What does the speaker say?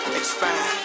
expand